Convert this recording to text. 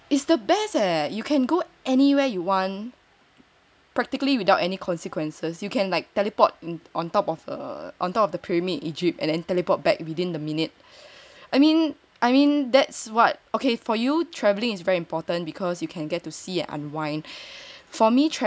is the best leh you can go anywhere you want practically without any consequences you can like teleport on top of a on top of the pyramid Egypt and then teleport back within the minute I mean I mean that's what okay for you traveling is very important because you can get to see and unwind